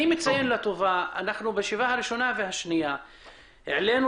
אני רוצה לציין לטובה שבישיבה הראשונה והשנייה העלינו